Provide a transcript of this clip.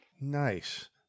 Nice